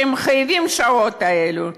שהם חייבים לקבל את השעות האלו.